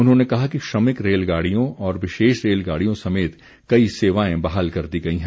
उन्होंने कहा कि श्रमिक रेलगाडियों और विशेष रेलगाडियों समेत कई सेवाएं बहाल कर दी गई हैं